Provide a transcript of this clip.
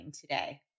today